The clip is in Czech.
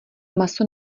maso